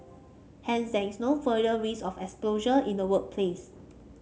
hence there is no further risk of exposure in the workplace